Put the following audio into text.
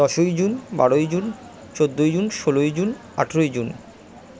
দশই জুন বারোই জুন চোদ্দোই জুন ষোলোই জুন আঠেরোই জুন